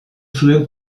zuen